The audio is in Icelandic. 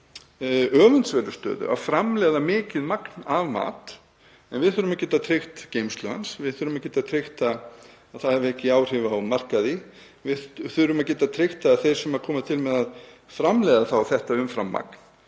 öfundsverðu stöðu að framleiða mikið magn af mat en við þurfum að geta tryggt geymslu hans. Við þurfum að geta tryggt að það hafi ekki áhrif á markaði. Við þurfum að geta tryggt að við séum að koma til móts við þá aðila sem koma